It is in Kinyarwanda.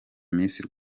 miss